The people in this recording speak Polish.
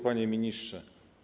Panie Ministrze!